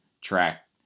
track